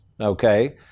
okay